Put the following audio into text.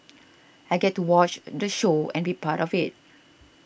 I get to watch the show and be part of it